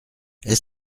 est